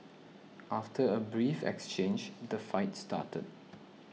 after a brief exchange the fight started